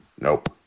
Nope